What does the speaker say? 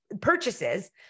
purchases